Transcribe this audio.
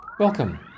Welcome